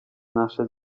nasze